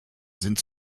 sind